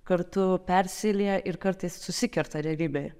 kartu persilieja ir kartais susikerta realybėje